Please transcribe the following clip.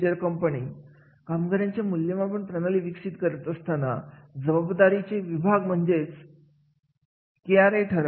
मग या गरजेच्या मूल्यांकन यामध्ये काय असू शकते तर पहिले म्हणजे एखाद्या कार्यापासून काय अपेक्षित आहे हे ठरवावे